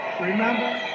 Remember